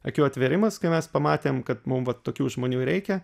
akių atvėrimas kai mes pamatėm kad mum va tokių žmonių reikia